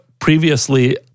previously